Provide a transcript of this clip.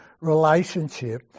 relationship